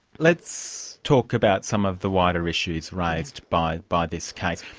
let's talk about some of the wider issues raised by by this case.